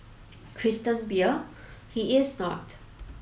Christian Beer he is not